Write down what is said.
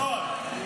נכון.